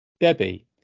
Debbie